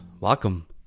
Welcome